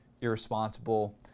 irresponsible